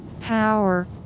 Power